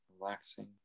relaxing